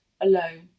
alone